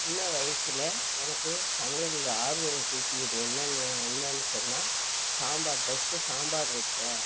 சின்ன வயசில் எனக்கு சமையலில் ஆர்வம் கூட்டியது என்னென்னு என்னென்னு சொன்னால் சாம்பார் ஃபஸ்ட்டு சாம்பார் வைச்சேன்